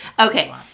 Okay